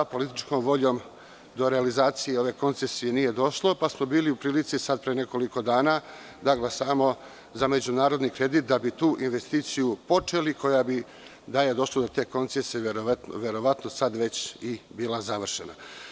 Političkom voljom do realizacije ove koncesije nije došlo, pa smo bili u prilici sad, pre nekoliko dana, da glasamo za međunarodni kredit da bi tu investiciju počeli, koja bi, da je došlo do te koncesije, verovatno sada i bila završena.